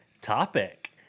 topic